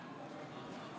בהצבעה